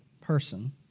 person